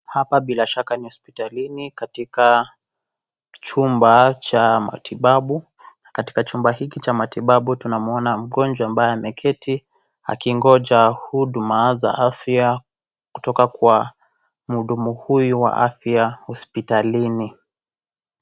Hapa bila shaka ni hospitalini katika chumba cha matibabu, katika chumba hiki cha matibabu tunamwona mgonjwa ambaye ameketi akingoja huduma za afya kutoka kwa mhudumu huyu wa afya hospitalini.